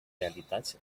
realitats